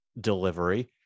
delivery